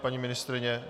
Paní ministryně?